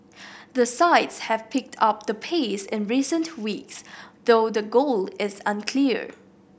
the sides have picked up the pace in recent weeks though the goal is unclear